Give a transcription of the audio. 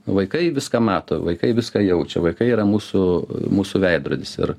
vaikai viską mato vaikai viską jaučia vaikai yra mūsų mūsų veidrodis ir